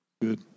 good